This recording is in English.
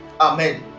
Amen